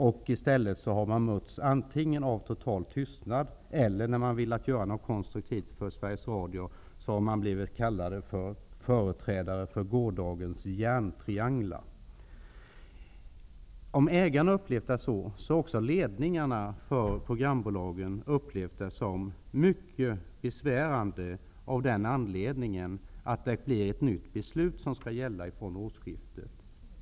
Man har antingen mötts av total tystnad eller, när man har velat göra någonting konstruktivt för Sveriges Radio, blivit kallad för företrädare för gårdagens järntrianglar. Om nu ägarna upplever det så, har även ledningarna för de olika programbolagen upplevt det som mycket besvärande av den anledningen att ett nytt avtal skall gälla från årsskiftet.